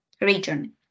region